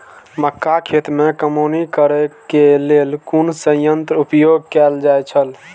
मक्का खेत में कमौनी करेय केय लेल कुन संयंत्र उपयोग कैल जाए छल?